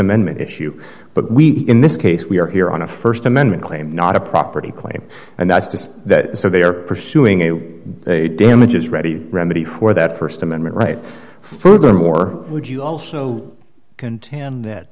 amendment issue but we in this case we are here on a st amendment claim not a property claim and that's to say that so they are pursuing a damages ready remedy for that st amendment right furthermore would you also contend that